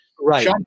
right